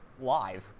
live